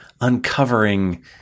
uncovering